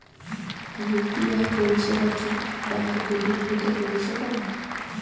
UPI পরিসেবা কি bank বর্হিভুত পরিসেবা?